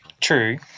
true